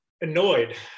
annoyed